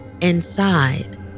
Inside